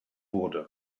wurde